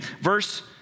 Verse